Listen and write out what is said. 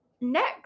next